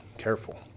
Careful